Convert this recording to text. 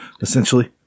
essentially